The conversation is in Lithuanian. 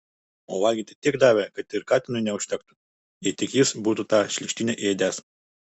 o valgyti tiek davė kad ir katinui neužtektų jei tik jis būtų tą šlykštynę ėdęs